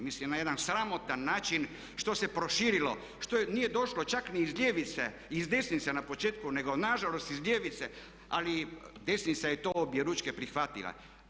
Mislim na jedan sramotan način što se proširilo, što nije došlo čak ni iz ljevice, i iz desnice na početku nego nažalost iz ljevice, ali desnica je to objeručke prihvatila.